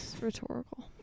rhetorical